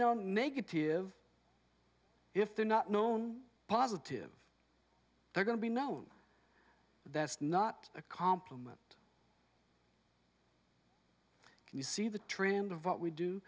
no negative if they're not known positive they're going to be known that's not a compliment you see the trend of what we do